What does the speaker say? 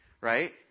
right